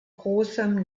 großem